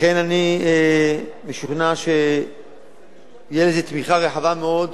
לכן, אני משוכנע שתהיה לזה תמיכה רחבה מאוד,